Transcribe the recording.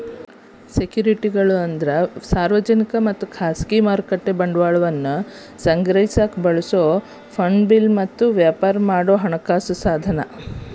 ಸೆಕ್ಯುರಿಟಿಗಳು ಸಾರ್ವಜನಿಕ ಮತ್ತ ಖಾಸಗಿ ಮಾರುಕಟ್ಟೆ ಬಂಡವಾಳವನ್ನ ಸಂಗ್ರಹಿಸಕ ಬಳಸೊ ಫಂಗಬಲ್ ಮತ್ತ ವ್ಯಾಪಾರ ಮಾಡೊ ಹಣಕಾಸ ಸಾಧನ